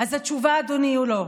אז התשובה, אדוני, היא לא.